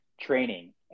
training